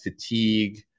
fatigue